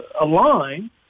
align